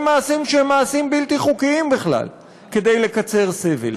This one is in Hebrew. מעשים שהם מעשים בלתי חוקיים בכלל כדי לקצר סבל.